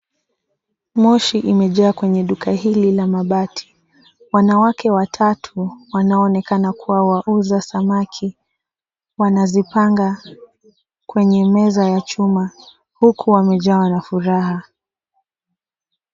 Moshi imejaa kwenye duka hili la mabati. Wanawake watatu wanaoonekana kuwa wauza samaki wanazipanga kwenye meza ya chuma huku wamejawa na furaha.